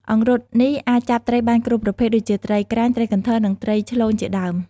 អង្រុតនេះអាចចាប់បានត្រីគ្រប់ប្រភេទ ដូចជាត្រីក្រាញ់ ត្រីកន្ធរ និងត្រីឆ្លូញជាដើម។